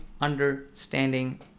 understanding